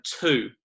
two